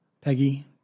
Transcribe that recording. Peggy